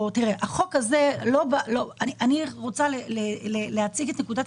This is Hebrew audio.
ולגבי השאלה של אופיר כץ, זו שאלה מאוד מאוד